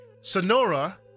Sonora